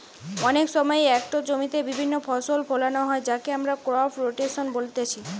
অনেক সময় একটো জমিতে বিভিন্ন ফসল ফোলানো হয় যাকে আমরা ক্রপ রোটেশন বলতিছে